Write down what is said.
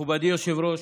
מכובדי היושב-ראש,